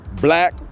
black